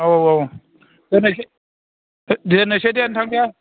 औ औ दोननोसै दे नोंथां दे